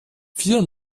vier